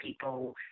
people